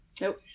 Nope